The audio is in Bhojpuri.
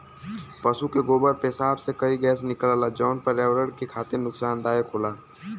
पसु के गोबर पेसाब से कई गैस निकलला जौन पर्यावरण के खातिर नुकसानदायक होला